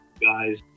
guys